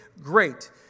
great